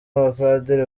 abapadiri